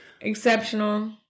exceptional